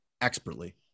expertly